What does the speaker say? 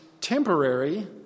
temporary